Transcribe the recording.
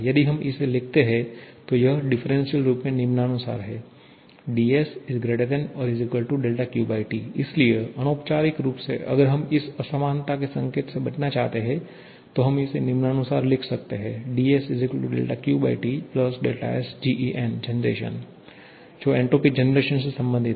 यदि हम इसे लिखते हैं तो यह डिफरेंसियल रूप में निम्नानुसार है dSQT इसलिए अनौपचारिक रूप से अगर हम इस असमानता के संकेत से बचना चाहते हैं तो हम इसे निम्नानुसार लिख सकते हैं dSQTSgen जो एन्ट्रापी जनरेशन से संबंधित है